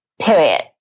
period